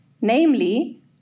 namely